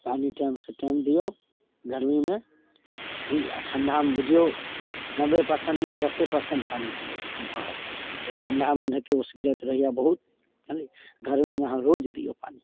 पानि टाइमसे टाइम दिऔ गरमीमे जानलिए आओर ठण्डामे बुझिऔ नब्बे परसेन्टमे दसे परसेन्ट पानी दिऔ हम कहब किएकि ठण्डामे ओनाहिते ओस गिरैत रहैए बहुत जानलिए गरमीमे अहाँ रोज दिऔ पानी हम कहब